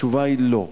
התשובה היא לא.